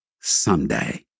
someday